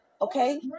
okay